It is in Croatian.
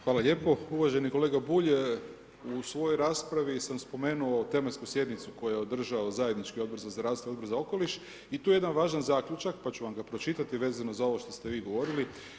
Hvala lijepo, uvaženi kolega Bulj u svojoj raspravi sam spomenuo tematsku sjednicu koju je održao Odbor za zdravstvo i Odbor za okoliš, i tu je jedan važan zaključak pa ću vam ga pročitati, vezano za ovo što ste vi govorili.